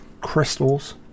crystals